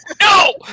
No